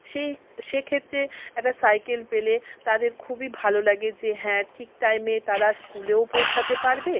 সেই সেক্ষেত্রে একটা সাইকেল পেলে তাদের খুবই ভালো লাগে যে হ্যাঁ ঠিক টাইমে তারা স্কুলেও পৌঁছাতে পারবে